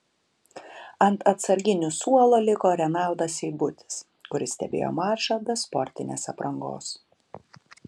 ant atsarginių suolo liko renaldas seibutis kuris stebėjo mačą be sportinės aprangos